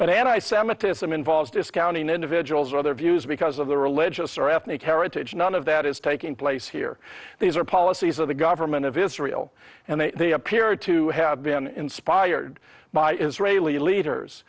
but anti semitism involves discounting individuals or other views because of the religious or ethnic heritage none of that is taking place here these are policies of the government of israel and they appear to have been inspired by israeli leaders